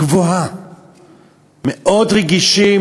יש רגישות גבוהה,